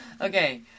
Okay